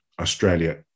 Australia